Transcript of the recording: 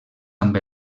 amb